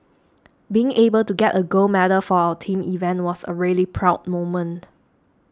being able to get a gold medal for our team event was a really proud moment